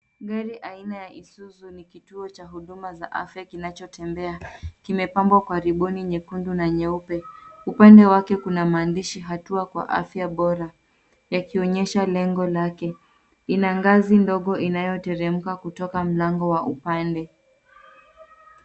Gari aina ya Isuzu ni kituo cha huduma za afya kinachotembea. Kimepambwa karibuni nyekundu na nyeupe. Upande wake kuna maandishi hatua kwa afya bora yakionyesha lengo lake. Ina ngazi ndogo inayoteremka kutoka mlango wa upande.